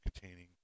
containing